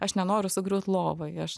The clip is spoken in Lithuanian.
aš nenoriu sugriūt lovoj aš